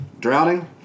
Drowning